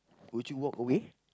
would you walk away